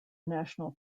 national